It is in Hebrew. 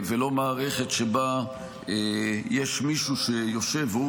ולא מערכת שבה יש מישהו שיושב והוא